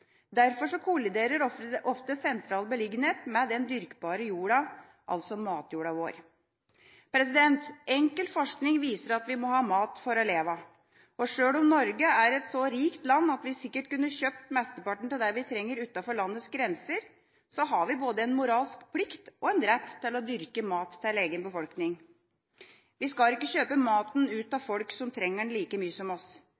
Derfor kolliderer ofte sentral beliggenhet med den dyrkbare jorda, altså matjorda vår. Enkel forskning viser at vi må ha mat for å leve. Sjøl om Norge er et så rikt land at vi sikkert kunne ha kjøpt mesteparten av det vi trenger utenfor landets grenser, har vi både en moralsk plikt og en rett til å dyrke mat til egen befolkning. Vi skal ikke kjøpe maten fra folk som trenger den like mye som oss.